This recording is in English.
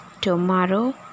Tomorrow